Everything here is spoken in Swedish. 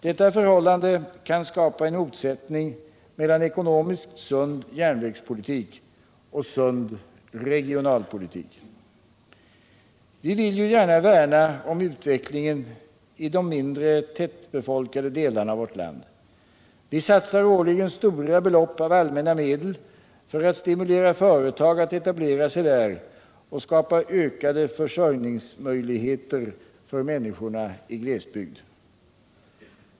Detta förhållande kan skapa en motsättning mellan ekonomiskt sund järnvägspolitik och sund regionalpolitik. Vi vill ju värna om utvecklingen i de mindre tätbefolkade delarna av vårt land. Vi satsar årligen stora belopp av allmänna medel för att stimulera företag att etablera sig där och skapa ökade försörjningsmöjligheter för människorna i glesbygd.